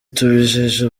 tubijeje